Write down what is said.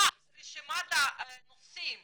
מה רשימת הנושאים